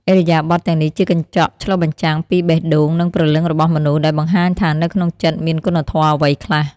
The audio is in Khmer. ឥរិយាបថទាំងនេះជាកញ្ចក់ឆ្លុះបញ្ចាំងពីបេះដូង និងព្រលឹងរបស់មនុស្ស ដែលបង្ហាញថានៅក្នុងចិត្តមានគុណធម៌អ្វីខ្លះ។